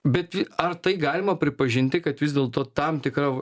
bet ar tai galima pripažinti kad vis dėlto tam tikra